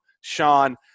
Sean